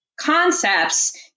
concepts